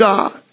God